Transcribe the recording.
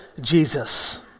Jesus